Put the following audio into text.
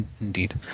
Indeed